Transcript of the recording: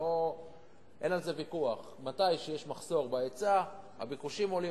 אין על זה ויכוח: כשיש מחסור בהיצע הביקושים עולים,